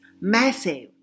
massive